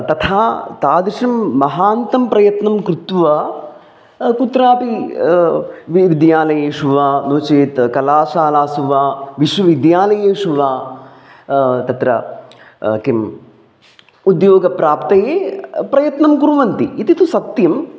तथा तादृशं महान्तं प्रयत्नं कृत्वा कुत्रापि वी विद्यालयेषु वा नो चेत् कलाशालासु वा विश्वविद्यालयेषु वा तत्र किम् उद्योगप्राप्तये प्रयत्नं कुर्वन्ति इति तु सत्यम्